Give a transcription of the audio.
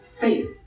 faith